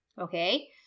okay